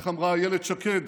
איך אמרה אילת שקד,